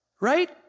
Right